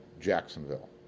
jacksonville